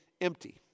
empty